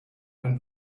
and